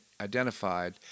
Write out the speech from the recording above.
identified